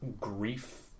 grief